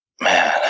man